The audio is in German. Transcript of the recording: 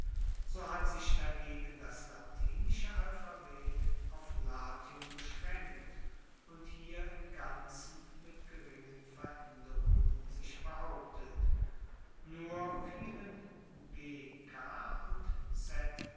so hat sich dagegen das latinische alphabet auf latium beschraenkt und hier im ganzen mit geringen veraenderungen sich behauptet nur fielen und